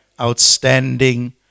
Outstanding